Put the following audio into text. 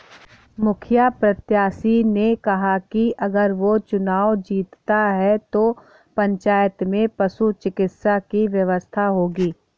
मुखिया प्रत्याशी ने कहा कि अगर वो चुनाव जीतता है तो पंचायत में पशु चिकित्सा की व्यवस्था होगी